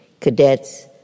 cadets